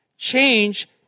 change